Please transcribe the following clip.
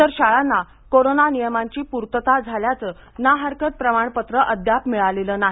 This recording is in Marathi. इतर शाळांना कोरोना नियमांची पूर्तता झाल्याचं ना हरकत प्रमाणपत्रच अद्याप मिळालेलं नाही